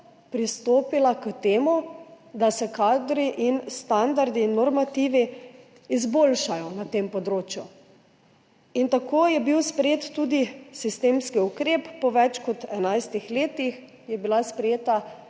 pristopila k temu, da se kadri, standardi in normativi izboljšajo na tem področju. Tako je bil sprejet tudi sistemski ukrep, po več kot 11 letih je bila sprejeta